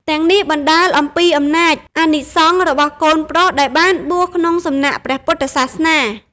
ទាំងនេះបណ្តាលពីអំណាច អានិសង្សរបស់កូនប្រុសដែលបានបួសក្នុងសំណាក់ព្រះពុទ្ធសាសនា។